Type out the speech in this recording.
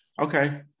okay